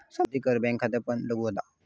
संपत्ती कर बँक खात्यांवरपण लागू होता